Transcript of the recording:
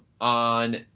on